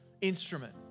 instrument